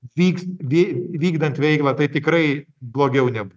vyks vy vykdant veiklą tai tikrai blogiau nebu